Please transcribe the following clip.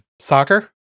Soccer